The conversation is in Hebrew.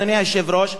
אדוני היושב-ראש,